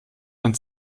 ein